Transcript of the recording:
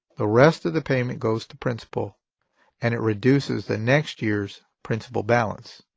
the rest of the payment goes to principal and it reduces the next year's principal balance.